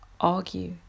argue